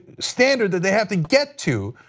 standard that they have to get to,